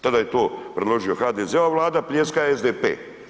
Tada je to predložio HDZ-ova vlada, pljeska SDP.